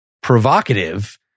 provocative